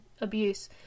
abuse